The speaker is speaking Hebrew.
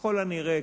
שככל הנראה,